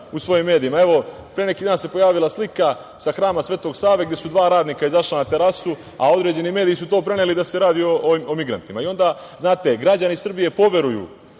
u svojim medijima. Evo, pre neki dan se pojavila slika sa Hrama Sv. Save gde su dva radnika izašla na terasu, a određeni mediji su to preneli da se radi o migrantima i onda znate, određeni broj